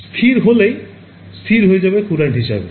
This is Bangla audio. স্থির হলেই স্থির হয়ে যাবে Courant হিসেবে